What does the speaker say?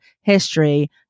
history